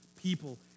people